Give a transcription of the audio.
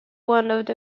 wounds